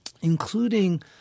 including